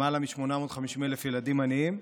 למעלה מ-850,000 ילדים עניים.